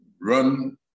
run